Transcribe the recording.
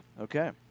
Okay